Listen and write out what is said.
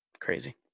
Crazy